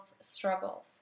struggles